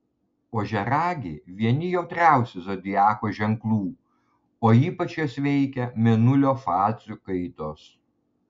ožiaragiai vieni jautriausių zodiako ženklų o ypač juos veikia mėnulio fazių kaitos